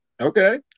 okay